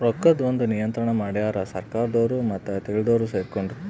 ರೊಕ್ಕದ್ ಒಂದ್ ನಿಯಂತ್ರಣ ಮಡ್ಯಾರ್ ಸರ್ಕಾರದೊರು ಮತ್ತೆ ತಿಳ್ದೊರು ಸೆರ್ಕೊಂಡು